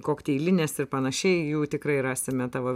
kokteilinės ir panašiai jų tikrai rasime tavo